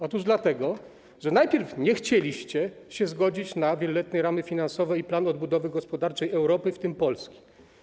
Otóż dlatego, że najpierw nie chcieliście się zgodzić na wieloletnie ramy finansowe i plan odbudowy gospodarczej Europy, w tym Polski.